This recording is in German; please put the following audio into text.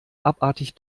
abartig